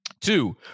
Two